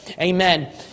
Amen